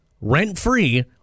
rent-free